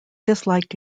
disliked